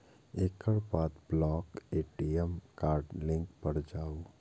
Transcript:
एकर बाद block ATM card link पर जाउ